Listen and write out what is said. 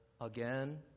again